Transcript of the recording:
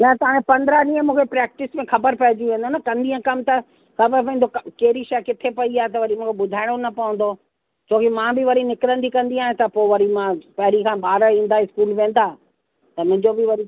न त हाणे पंद्रहं ॾींहं मूंखे प्रैक्टिस में ख़बर पइजी वेंदो न कंदीअ कम त ख़बरु पवंदो कहिड़ी शइ किथे पई आहे त वरी मूंखे ॿुधाइणो न पवंदो छोकी मां बि वरी निकरंदी कंदी आहियां त पोइ वरी मां पहिरीं खां ॿार ईंदा स्कूल वेंदा त मुंहिंजो बि वरी